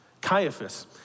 Caiaphas